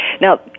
Now